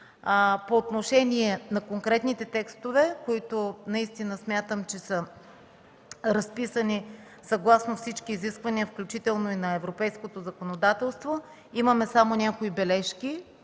По отношение на конкретните текстове, които наистина смятам, че са разписани съгласно всички изисквания, включително и на европейското законодателство, имаме само някои бележки: